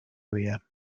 area